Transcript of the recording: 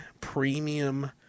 premium